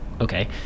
Okay